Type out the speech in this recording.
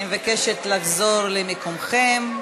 אני מבקשת שתחזרו למקומותיכם.